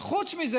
וחוץ מזה,